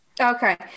okay